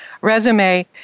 resume